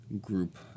group